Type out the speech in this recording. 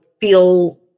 feel